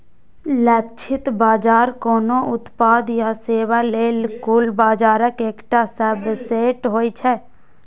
लक्षित बाजार कोनो उत्पाद या सेवा लेल कुल बाजारक एकटा सबसेट होइ छै